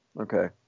Okay